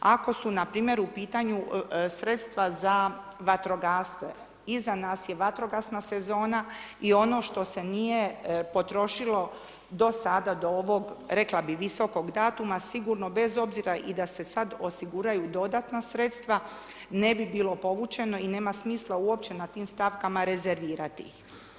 Ako su npr. u pitanju sredstva za vatrogasce, iza nas je vatrogasna sezona i ono što se nije potrošilo do sada do ovog rekla bi visokog datuma sigurno bez obzira i da se sad osiguraju dodatna sredstva ne bi bilo povučeno i nema smisla uopće na tim stavkama rezervirati ih.